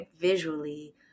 visually